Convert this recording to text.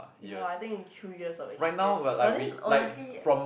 ya I think through years of experience but then honestly